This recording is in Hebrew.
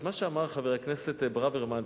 אז מה שאמר חבר הכנסת ברוורמן,